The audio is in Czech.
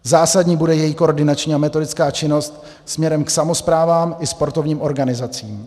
Zásadní bude její koordinační a metodická činnost směrem k samosprávám i sportovním organizacím.